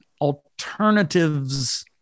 alternatives